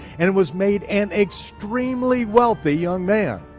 and and was made an extremely wealthy young man.